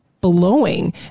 blowing